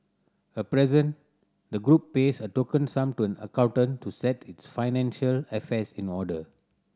at present the group pays a token sum to an accountant to set its financial affairs in order